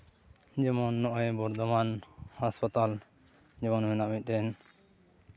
ᱡᱮᱢᱚᱱ ᱱᱚᱜᱼᱚᱭ ᱵᱚᱨᱫᱷᱚᱢᱟᱱ ᱦᱟᱥᱯᱟᱛᱟᱞ ᱡᱮᱢᱚᱱ ᱢᱮᱱᱟᱜᱼᱟ ᱢᱤᱫᱴᱮᱱ